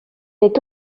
est